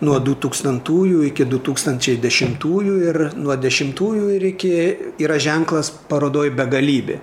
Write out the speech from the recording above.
nuo dutūkstantųjų iki du tūkstančiai dešimtųjų ir nuo dešimtųjų ir iki yra ženklas parodoj begalybė